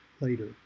later